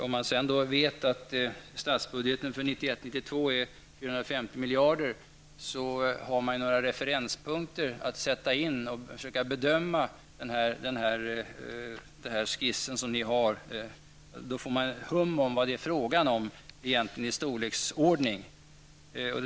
Om man sedan vet att statsbudgeten för 1991/92 omsluter 450 miljarder har man några referenspunkter att sätta in för att försöka bedöma den här skissen som ni har. Då får man ett hum om vilken storleksordning det egentligen är fråga om.